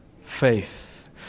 faith